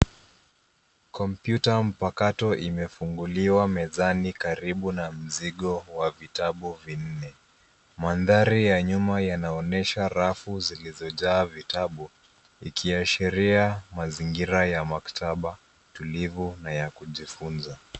Kompyuta mpakato imefunguliwa mezani karibu na mzigo wa vitabu vinne. Mandhari ya nyuma yanaonyesha rafu zilizojaa vitabu ikiashiria mazingira ya maktaba tulivu na ya kujifunza.